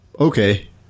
Okay